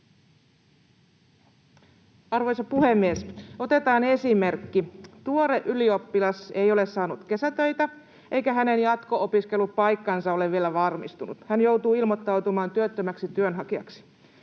Arvoisa puhemies! Otetaan esimerkki: Tuore ylioppilas ei ole saanut kesätöitä, eikä hänen jatko-opiskelupaikkansa ole vielä varmistunut. Hän joutuu ilmoittautumaan työttömäksi työnhakijaksi.